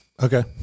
Okay